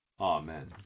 Amen